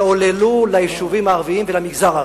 שעוללו ליישובים הערביים ולמגזר הערבי.